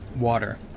water